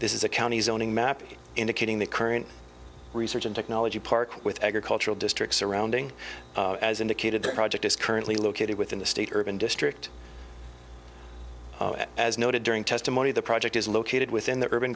this is a county zoning map indicating the current research and technology park with agricultural districts surrounding as indicated the project is currently located within the state urban district as noted during testimony the project is located within the urban